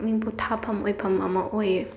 ꯄꯨꯛꯅꯤꯡ ꯄꯣꯊꯥꯐꯝ ꯑꯣꯏꯐꯝ ꯑꯃ ꯑꯣꯏꯌꯦ